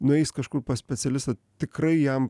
nueis kažkur pas specialistą tikrai jam